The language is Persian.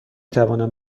توانم